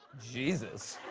jesus.